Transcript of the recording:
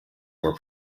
were